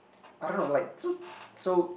I don't know like so so